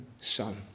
son